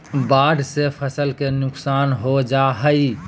बाढ़ से फसल के नुकसान हो जा हइ